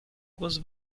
głos